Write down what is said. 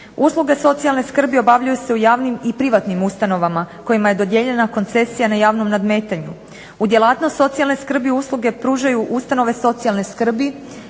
Usluge socijalne skrbi obavljaju se u javnim i privatnim ustanovama kojima je dodijeljena koncesija na javnom nadmetanju. U djelatnost socijalne skrbi usluge pružaju ustanove socijalne skrbi,